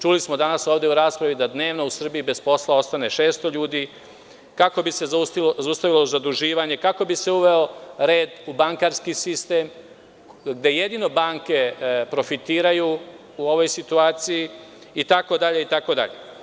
Čuli smo danas ovde u raspravi da dnevno u Srbiji bez posla ostane 600 ljudi, kako bi se zaustavilo zaduživanje, kako bi se uveo red u bankarski sistem, gde jedino banke profitiraju u ovoj situaciji itd. itd.